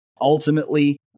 Ultimately